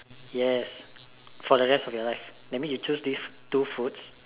yes for the rest of your life that means when you choose this two foods